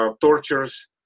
Tortures